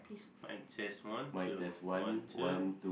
mic test one two one two